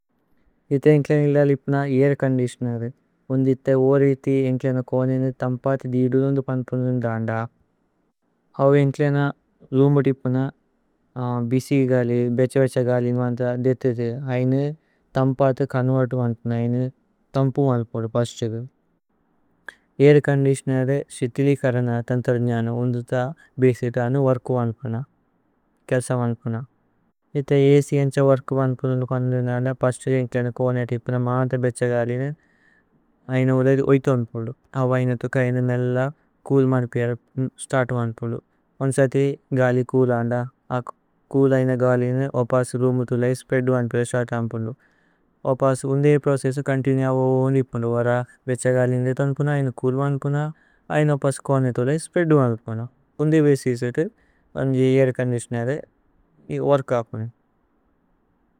ഇഥേ ഏന്ക്ലേന ലലിപ്ന ഐര് ചോന്ദിതിഓനേര് ഉന്ഥിഥ। ഉഓരേ ഇഥി ഏന്ക്ലേന കോനഏനു ഥമ്പഥി ദിദുനുന്ദു। പന്പുനുന്ദു അന്ദാ ഇഥേ ഏന്ക്ലേന ലലിപ്ന ഐര്। ചോന്ദിതിഓനേര് ഉന്ഥിഥ ഉഓരേ ഇഥി ഏന്ക്ലേന കോനഏനു। ഥമ്പഥി ദിദുനുന്ദു പന്പുനുന്ദു അന്ദാ അവേ। ഏന്ക്ലേന രുമ്ബുതിപുന ബിസി ഗലില് ബേഛ ബേഛ। ഗലില്മന്ഥ ദിഥിഥു ഐനേ ഥമ്പഥി കനുവല്തു। മന്പുന ഐനേ ഥമ്പു മന്പുദു പസ്ഛഗു അവേ ഏന്ക്ലേന। രുമ്ബുതിപുന ബിസി ഗലില് ബേഛ ബേഛ। ഗലില്മന്ഥ ദിഥിഥു ഐനേ ഥമ്പഥി കനുവല്തു। മന്പുന ഐനേ ഥമ്പു മന്പുദു പസ്ഛഗു ഇഥേ അഛ്। ഏന്ഛ വര്കു മന്പുനുന്ദു പന്പുനുന്ദു അന്ദാ പസ്ഛഗു। ഏന്ക്ലേന കോനഏനു തിപുന മാന്ഥ ബേഛ ഗലിലു। ഐനേ ഉഓരേ ഇഥി ഓഇഥു മന്പുന്ദു അവേ ഐനേ ഥുക്ക। ഐനേ മേല്ല ചൂല് മന്പില സ്തര്തു മന്പുന്ദു ഉന്സഥി। ഗലി ചൂല് അന്ദാ അ കൂല് ഐനേ ഗലിലു ഓപസ രുമ്ബു। ഥുല സ്പ്രേഅദു മന്പില സ്തര്തു മന്പുന്ദു ഓപസ। ഉന്ധേ പ്രോചേസു ചോന്തിനുഏ അവോ ഓന്ധി പുന്ദു വര। ബേഛ ഗലിലു ദിഥു മന്പുന ഐനേ। ചൂല് മന്പുന ഐനേ ഓപസ കോനഏനു ഥുല സ്പ്രേഅദു। മന്പുന പുന്ദി ബിസി സേതു വമ് ജൈ ഐര് ചോന്ദിതിഓനേരു।